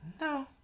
No